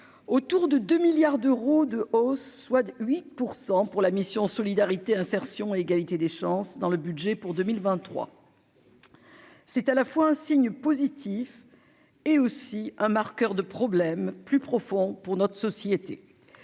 autour de 2 milliards d'euros de hausse, soit 8 % pour la mission Solidarité, insertion et égalité des chances dans le budget pour 2023. C'est à la fois un signe positif est aussi un marqueur de problèmes plus profonds pour notre société,